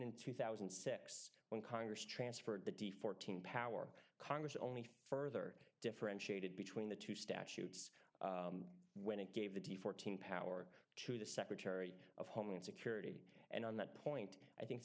in two thousand and six when congress transferred the d fourteen power congress only further differentiated between the two statutes when it gave the de fourteen power to the secretary of homeland security and on that point i think i